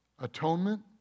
atonement